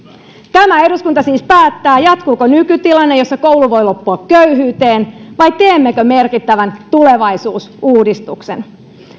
tämä eduskunta siis päättää jatkuuko nykytilanne jossa koulu voi loppua köyhyyteen vai teemmekö merkittävän tulevaisuusuudistuksen